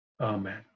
amen